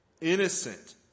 innocent